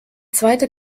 zweite